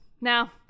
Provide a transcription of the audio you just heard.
Now